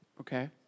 Okay